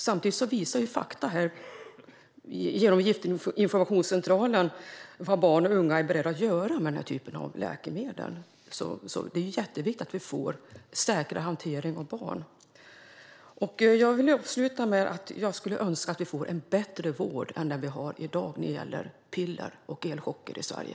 Samtidigt visar fakta genom Giftinformationscentralen vad barn och unga är beredda att göra med den typen av läkemedel. Det är jätteviktigt att vi får en säker hantering av läkemedel till barn. Jag vill avsluta med att säga att jag skulle önska att vi får en bättre vård än den vi har i dag när det gäller behandling med piller och elchocker i Sverige.